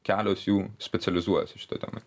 kelios jų specializuojasi šitoj temoj